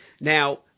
Now